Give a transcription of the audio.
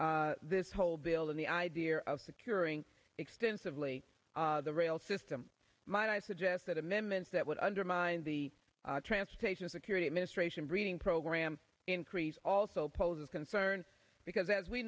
to this whole building the idea of curing extensively the rail system might i suggest that amendments that would undermine the transportation security administration breeding program increase also poses concern because as we